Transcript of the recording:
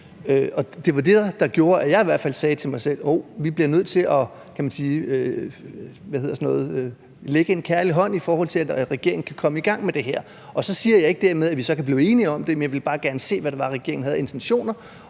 jeg i hvert fald sagde til mig selv, at vi bliver nødt til at række en kærlig hånd, for at regeringen kan komme i gang med det her. Så siger jeg ikke dermed, at vi så kan blive enige om det, men jeg ville bare gerne se, hvad det var, regeringen havde af intentioner,